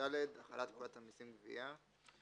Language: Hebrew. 330ד.(א)פקודת המיסים (גביה),